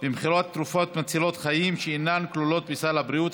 במכירת תרופות מצילות חיים שאינן כלולות בסל הבריאות),